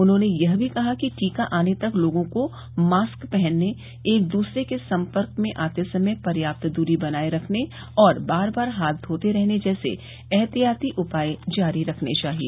उन्होंने यह भी कहा कि टीका आने तक लोगों को मास्क पहनने एक दूसरे के संपर्क में आते समय पर्याप्त दूरी बनाये रखने और बार बार हाथ धोते रहने जैसे एहतियाती उपाय जारी रखने चाहिए